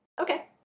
Okay